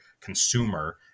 consumer